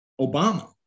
Obama